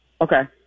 Okay